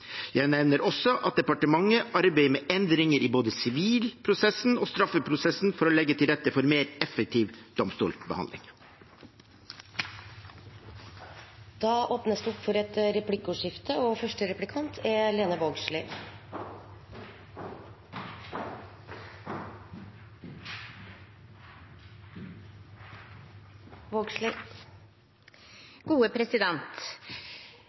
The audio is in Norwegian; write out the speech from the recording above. Jeg nevner også at departementet arbeider med endringer i både sivilprosessen og straffeprosessen for å legge til rette for mer effektiv domstolsbehandling. : Det